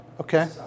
Okay